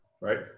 right